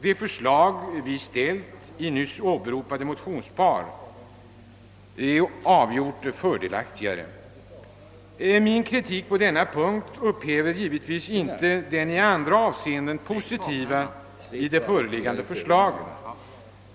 Det förslag vi ställt i nyss åberopade motionspar är avgjort fördelaktigare. Min kritik på denna punkt upphäver givetvis inte det i andra avseenden positiva i det föreliggande förslaget.